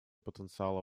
потенциала